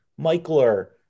Michler